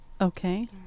Okay